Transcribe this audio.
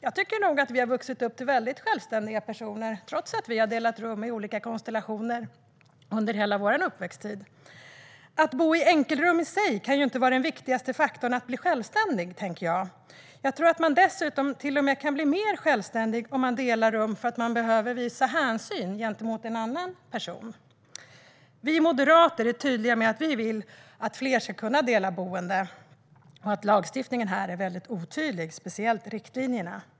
Jag tycker nog att vi har vuxit upp till väldigt självständiga personer, trots att vi har delat rum i olika konstellationer under hela vår uppväxt. Att bo i enkelrum i sig kan inte vara den viktigaste faktorn när det gäller att bli självständig, tänker jag. Jag tror dessutom att man till och med kan bli mer självständig om man delar rum eftersom man måste visa hänsyn gentemot en annan person. Vi moderater är tydliga med att vi vill att fler ska kunna dela boende, och vi anser att lagstiftningen här är väldigt otydlig, speciellt riktlinjerna.